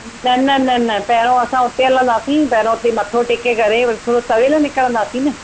न न न न पहिरियों असां हुते हलंदासीं पहिरियों हुते मथो टेके करे वरी थोरो सवेलु निकरंदासीं न